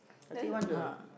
does he want to